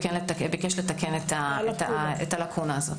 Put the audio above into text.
וביקש לתקן את הלקונה הזאת.